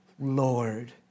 Lord